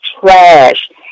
trash